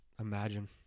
Imagine